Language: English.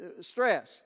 stress